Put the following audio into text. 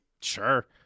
sure